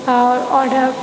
आओर आओर